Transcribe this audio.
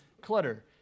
clutter